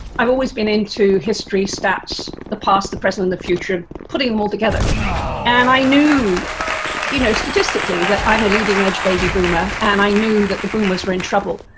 i've always been into history stats, the past, the present and the future, putting them all together and i knew you know, statistically, that i'm a leading edge baby boomer and i knew that the boomers were in trouble,